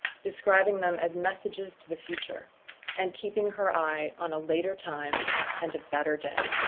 describing them as messages to the future and keeping her eye on a later time and a better day.